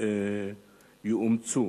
כן יאומצו,